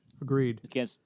Agreed